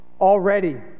already